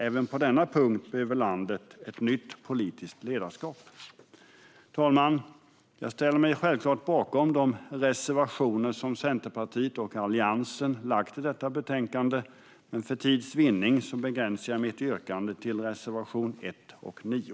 Även på denna punkt behöver landet ett nytt politiskt ledarskap. Fru talman! Jag ställer mig självklart bakom de reservationer som Centerpartiet och Alliansen har i detta betänkande, men för tids vinnande begränsar jag mig till att yrka bifall till reservation 1 och 9.